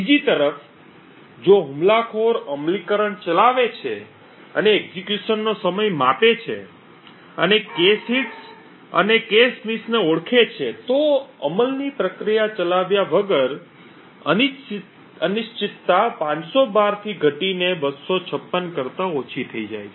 બીજી તરફ જો હુમલાખોર અમલીકરણ ચલાવે છે અને એક્ઝેક્યુશનનો સમય માપે છે અને cache હિટ્સ અને cache misses ને ઓળખે છે તો અમલની પ્રક્રિયા ચલાવ્યા વગર અનિશ્ચિતતા 512 થી ઘટીને 256 કરતા ઓછી થઈ જાય છે